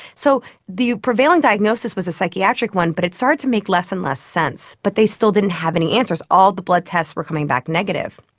so the prevailing diagnosis was a psychiatric one but it started to make less and less sense. but they still didn't have any answers. all the blood tests were coming back negative.